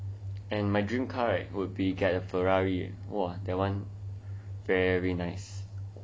and my dream car right would be get a Ferrari !wah! that one very nice